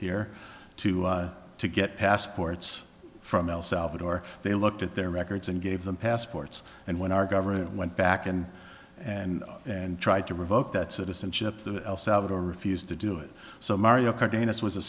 here two to get passports from el salvador they looked at their records and gave them passports and when our government went back and and and tried to revoke that citizenship the el salvador refused to do it so mario cardenas was a